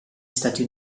stati